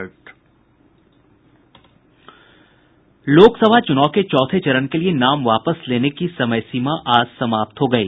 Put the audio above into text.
लोकसभा चूनाव के चौथे चरण के लिए नाम वापस लेने की समय सीमा आज समाप्त हो गयी